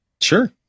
Sure